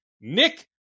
Nick